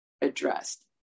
addressed